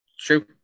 true